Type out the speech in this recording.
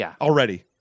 already